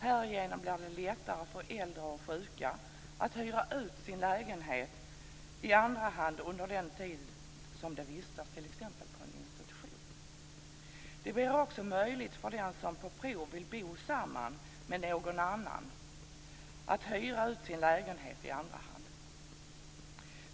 Härigenom blir det lättare för äldre och sjuka att hyra ut sin lägenhet i andra hand under den tid de vistas på t.ex. institution. Det blir också möjligt för den som på prov vill bo samman med någon annan att hyra ut sin lägenhet i andra hand.